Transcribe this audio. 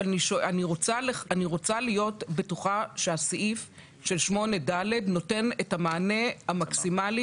אבל אני רוצה להיות בטוחה שהסעיף של 8ד נותן את המענה המקסימלי,